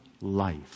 life